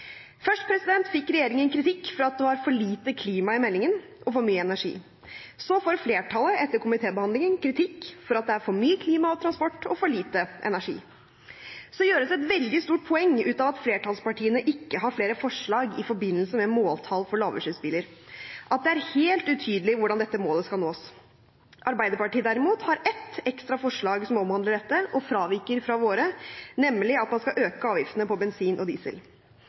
Først fikk regjeringen kritikk for at det var for lite klima i meldingen, og for mye energi. Så får flertallet etter komitébehandlingen kritikk for at det er for mye klima og transport, og for lite energi. Så gjøres det et veldig stort poeng ut av at flertallspartiene ikke har flere forslag i forbindelse med måltall for lavutslippsbiler – at det er helt utydelig hvordan dette målet skal nås. Arbeiderpartiet, derimot, er med på ett ekstra forslag som omhandler dette og fraviker fra våre, nemlig at man skal øke avgiftene på bensin og diesel.